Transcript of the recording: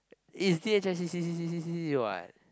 it's C H I C C C C C C